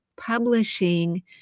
publishing